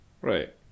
Right